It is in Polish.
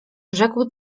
rzekł